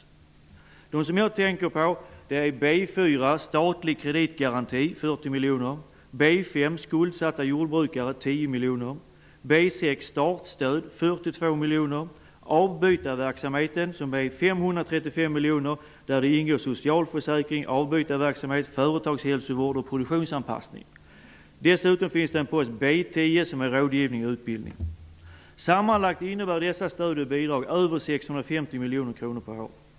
Jag tänker på B 4 Täckande av förluster på grund av statlig kreditgaranti på 41 miljoner, B 5 Stöd till skuldsatta jordbrukare på 10 miljoner, B 6 I det sistnämnda stödet ingår socialförsäkring, avbytarverksamhet, företagshälsovård och produktionsanpassning. Dessutom finns posten Sammanlagt blir dessa stöd och bidrag över 650 miljoner kronor per år.